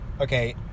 okay